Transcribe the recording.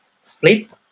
split